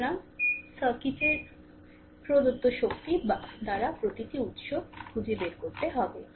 সুতরাং সার্কিটের প্রদত্ত শক্তি প্রতিটি উত্স খুঁজে বের করতে হবে